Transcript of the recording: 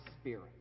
spirit